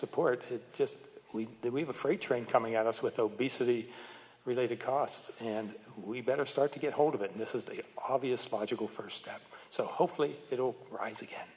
support it just we have a freight train coming at us with obesity related costs and we better start to get hold of it and this is the obvious michael first step so hopefully it will rise again